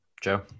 Joe